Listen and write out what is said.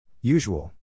Usual